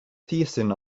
thiessen